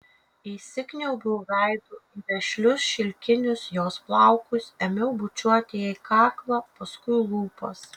įsikniaubiau veidu į vešlius šilkinius jos plaukus ėmiau bučiuoti jai kaklą paskui lūpas